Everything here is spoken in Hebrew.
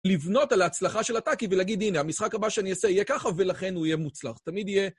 לבנות על ההצלחה של הטאקי והלגיד, הנה, המשחק הבא שאני אעשה יהיה ככה ולכן הוא יהיה מוצלח, תמיד יהיה...